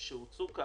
ויצאת חי...